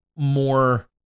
more